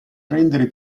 rendere